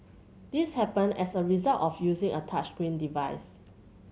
this happened as a result of using a touchscreen device